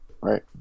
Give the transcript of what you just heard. right